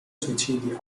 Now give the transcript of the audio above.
suicidio